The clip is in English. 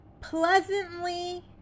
pleasantly